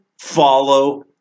follow